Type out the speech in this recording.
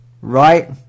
Right